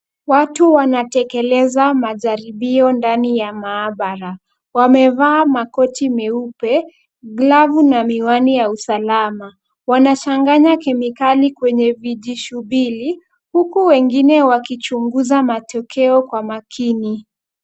Watu wanatekeleza majaribio ndani ya maabara. Wamevaa makoti meupe, glavu na miwani ya usalama. Wanachanganya kemikali kwenye vijishubili huku wengine wakichunguza matokeo kwa makini.